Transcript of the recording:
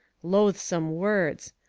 loathsome words!